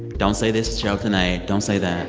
don't say this show tonight. don't say that